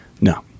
No